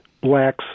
blacks